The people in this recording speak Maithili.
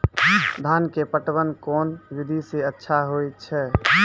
धान के पटवन कोन विधि सै अच्छा होय छै?